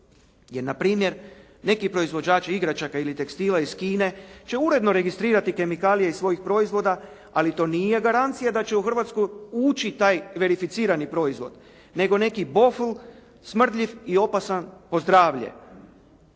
Jer npr. neki proizvođači igračaka i tekstila iz Kine će uredno registrirati kemikalije iz svojih proizvoda, ali to nije garancija da će u Hrvatsku ući taj verificirani proizvod, nego neki bofl, smrdljiv i opasan po zdravlje.